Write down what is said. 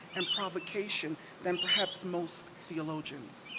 and provocation than perhaps most theologians.